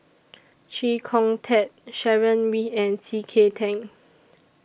Chee Kong Tet Sharon Wee and C K Tang